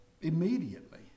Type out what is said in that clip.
immediately